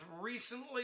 recently